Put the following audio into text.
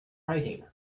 writing